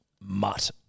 Mutt